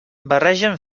barregen